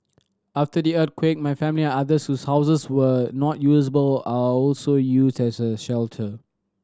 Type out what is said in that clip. after the earthquake my family and others shoes houses were not usable are also used as a shelter